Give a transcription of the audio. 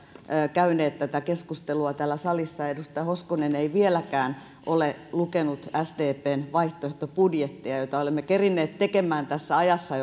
käyneet tätä keskustelua täällä salissa ja edustaja hoskonen ei vieläkään ole lukenut sdpn vaihtoehtobudjetteja joita olemme kerinneet tekemään tässä ajassa